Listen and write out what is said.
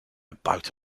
about